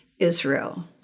Israel